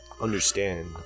understand